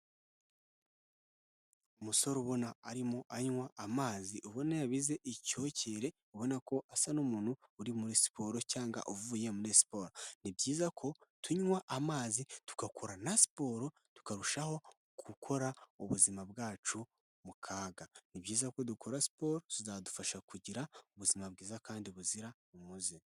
Umusore ubona arimo anywa amazi, ubona yabize icyokere ubonako asa n'umuntu uri muri siporo cyangwa uvuye muri siporo. Ni byiza ko tunywa amazi, tugakora na siporo tukarushaho gukUra ubuzima bwacu mu kaga. Ni byiza ko dukora siporo zizadufasha kugira ubuzima bwiza kandi buzira umuze.